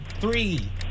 three